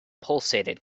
pulsated